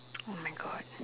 !oh-my-God!